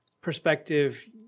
perspective